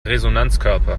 resonanzkörper